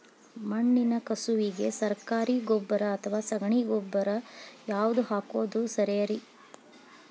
ಮಣ್ಣಿನ ಕಸುವಿಗೆ ಸರಕಾರಿ ಗೊಬ್ಬರ ಅಥವಾ ಸಗಣಿ ಗೊಬ್ಬರ ಯಾವ್ದು ಹಾಕೋದು ಸರೇರಿ?